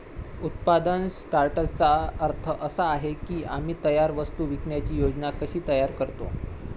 उत्पादन सॉर्टर्सचा अर्थ असा आहे की आम्ही तयार वस्तू विकण्याची योजना कशी तयार करतो